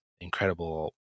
incredible